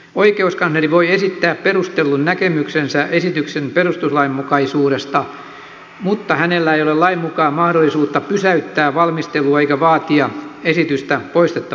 oikeuskansleri voi esittää perustellun näkemyksensä esityksen perustuslainmukaisuudesta mutta hänellä ei ole lain mukaan mahdollisuutta pysäyttää valmistelua eikä vaatia esitystä poistettavaksi